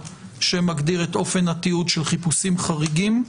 שמגדיר את אופן התיעוד של חיפושים חריגים.